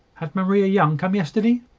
had maria young come yesterday?